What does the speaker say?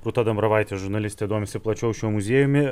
rūta dambravaitė žurnalistė domisi plačiau šiuo muziejumi